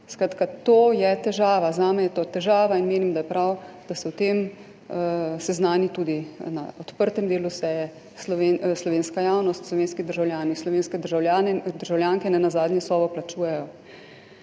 to je težava. Zame je to težava in menim, da je prav, da se o tem seznani tudi na odprtem delu seje slovenska javnost, slovenski državljani. Slovenski državljani in državljanke nenazadnje Sovo plačujejo.